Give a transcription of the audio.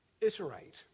Iterate